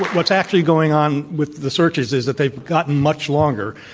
what's actually going on with the searches is that they've gotten much longer.